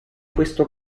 questo